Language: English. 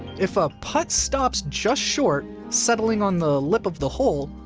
if a putt stops just short, settling on the lip of the hole,